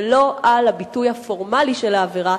ולא על הביטוי הפורמלי של העבירה,